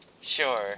Sure